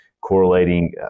correlating